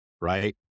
right